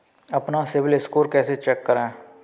अपना CIBIL score कैसे check करें?